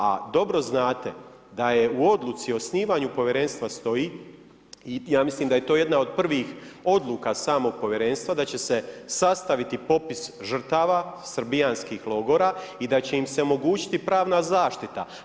A dobro znate da je u odluci o osnivanju Povjerenstva stoji, ja mislim da je to jedna od prvih odluka samog Povjerenstva, da će se sastaviti popis žrtava srbijanskih logora i da će im se omogućiti pravna zaštita.